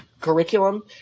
curriculum